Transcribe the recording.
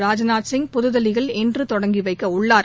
ராஜ்நாத் சிங் புதுதில்லியில் இன்று தொடங்கி வைக்க உள்ளார்